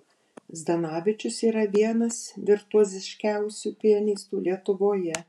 zdanavičius yra vienas virtuoziškiausių pianistų lietuvoje